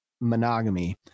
monogamy